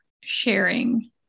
sharing